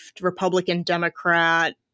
Republican-Democrat